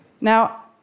Now